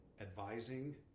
advising